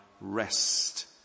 rest